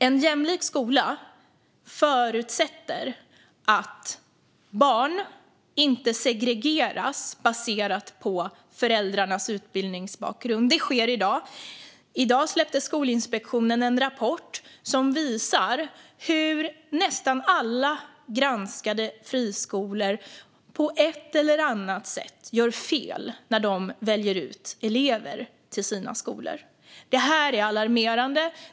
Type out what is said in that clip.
En jämlik skola förutsätter att barn inte segregeras baserat på föräldrarnas utbildningsbakgrund. Det sker i dag. Skolinspektionen släppte i dag en rapport som visar att nästan alla granskade friskolor gör fel på ett eller annat sätt när de väljer ut elever till sina skolor. Det är alarmerande.